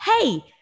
Hey